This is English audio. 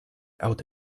out